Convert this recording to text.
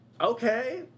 okay